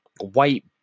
white